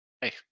hey